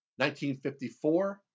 1954